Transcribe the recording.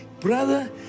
Brother